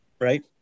right